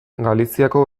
galiziako